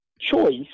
choice